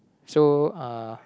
so uh